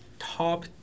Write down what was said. top